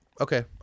okay